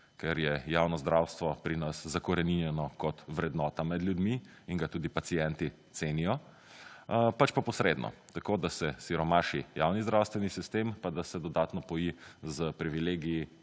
ker je javno zdravstvo pri nas zakoreninjeno kot vrednota med ljudmi in ga tudi pacienti cenijo. Pač pa posredno, tako da se siromaši javni zdravstveni sistem, pa da se dodatno poje s privilegiji